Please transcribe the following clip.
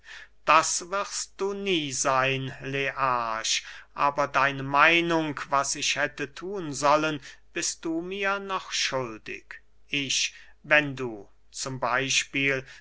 das wirst du nie seyn learch aber deine meinung was ich hätte thun sollen bist du mir noch schuldig ich wenn du z